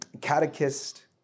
catechist